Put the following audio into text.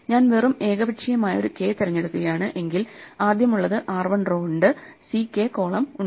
ഞാൻ വെറും ഏകപക്ഷീയമായ ഒരു k തിരഞ്ഞെടുക്കുകയാണ് എങ്കിൽ ആദ്യം ഉള്ളത് R 1 റോ ഉണ്ട് CK കോളം ഉണ്ട്